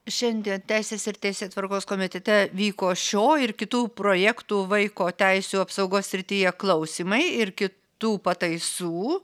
šiandien teisės ir teisėtvarkos komitete vyko šio ir kitų projektų vaiko teisių apsaugos srityje klausimai ir kitų pataisų